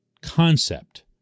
concept